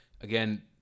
Again